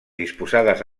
disposades